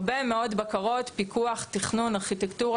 יש הרבה מאוד בקרות, פיקוח, תכנון, ארכיטקטורה.